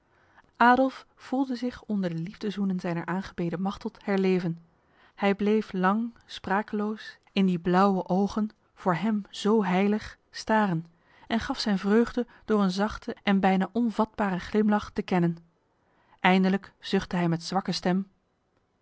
adolf voelde zich onder de liefdezoenen zijner aangebeden machteld herleven hij bleef lang sprakeloos in die blauwe ogen voor hem zo heilig staren en gaf zijn vreugde door een zachte en bijna onvatbare glimlach te kennen eindelijk zuchtte hij met zwakke stem